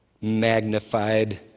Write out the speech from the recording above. magnified